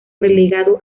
relegado